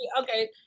Okay